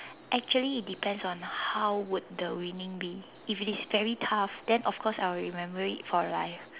actually it depends on the how would the winning be if it is very tough then of course I will remember it for life